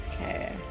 Okay